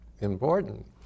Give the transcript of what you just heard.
important